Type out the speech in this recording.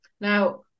Now